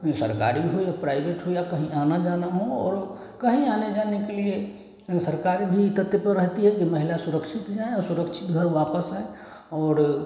या सरकारी हो या प्राइवेट हो या कहीं आना जाना हो और कहीं आने जाने के लिए सरकारी भी तत्पर रहती है कि महिला सुरक्षित हो जाएँ और सुरक्षित घर वापस आएँ और